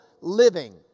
living